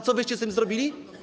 Co wyście z nimi zrobili?